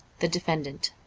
the defendant